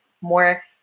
more